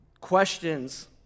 questions